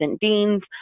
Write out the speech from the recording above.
deans